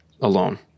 alone